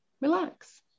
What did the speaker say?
relax